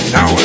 Now